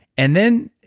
and then,